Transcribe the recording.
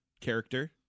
character